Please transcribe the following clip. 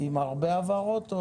עם הרבה הבהרות?